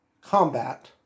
combat